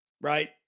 right